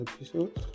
episode